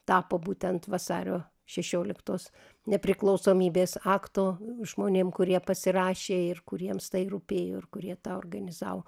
tapo būtent vasario šešioliktos nepriklausomybės akto žmonėm kurie pasirašė ir kuriems tai rūpėjo ir kurie organizavo